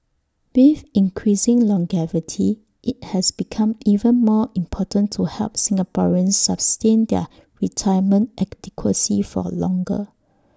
with increasing longevity IT has become even more important to help Singaporeans sustain their retirement for longer